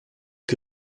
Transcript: que